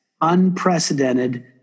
unprecedented